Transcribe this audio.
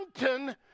mountain